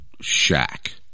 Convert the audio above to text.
shack